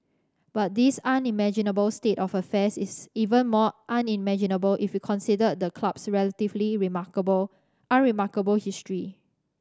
but this unimaginable state of affairs is even more unimaginable if you considered the club's relatively remarkable unremarkable history